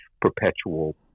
perpetual